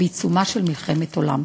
בעיצומה של מלחמת עולם.